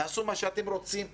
תעשו מה שאתם רוצים,